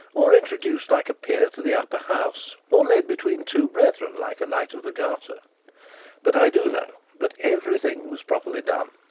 or introduced like a peer to the upper house, or led between two brethren like a knight of the garter but i do know that every thing was properly done,